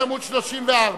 אנחנו מדברים עד עמוד 32,